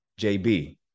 JB